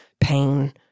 pain